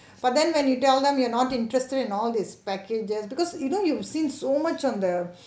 but then when you tell them you're not interested in all these packages because you know you've seen so much on the